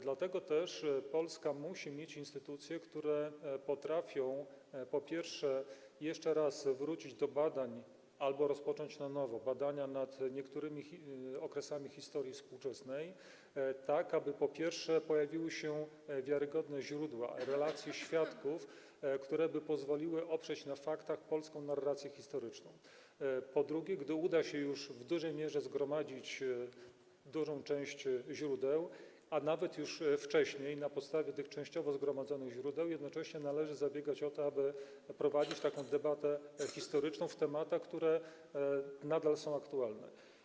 Dlatego też Polska musi mieć instytucje, które potrafią, po pierwsze, jeszcze raz wrócić do badań albo rozpocząć na nowo badania nad niektórymi okresami historii współczesnej, tak aby pojawiły się wiarygodne źródła, relacje świadków, które by pozwoliły oprzeć na faktach polską narrację historyczną, a, po drugie, gdy uda się już w dużej mierze zgromadzić dużą część źródeł - a nawet już wcześniej, na podstawie częściowo zebranych - należy zabiegać o to, aby prowadzić debatę historyczną na tematy, które nadal są aktualne.